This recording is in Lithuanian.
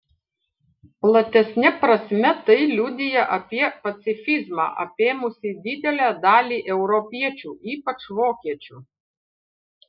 platesne prasme tai liudija apie pacifizmą apėmusį didelę dalį europiečių ypač vokiečių